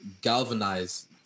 galvanize